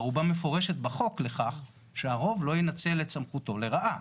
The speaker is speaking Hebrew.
ערובה מפורשת בחוק לכך שהרוב לא ינצל את סמכותו לרעה.